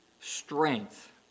strength